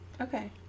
okay